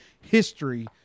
history